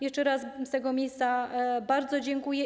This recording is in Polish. Jeszcze raz z tego miejsca bardzo dziękuję.